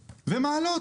ומעלות.